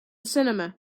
cinema